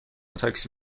تاکسی